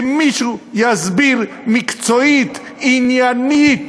שמישהו יסביר מקצועית, עניינית,